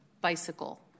bicycle